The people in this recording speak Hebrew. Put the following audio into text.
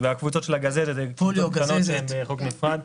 והקבוצות של הגזזת, הן קבוצות קטנות שהן חוק נפרד.